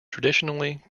traditionally